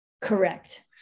Correct